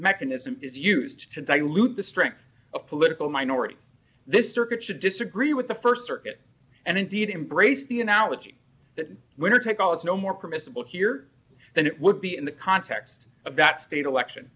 mechanism is used to dilute the strength of political minority this circuit should disagree with the st circuit and indeed embrace the analogy that winner take all is no more permissible here than it would be in the context of that state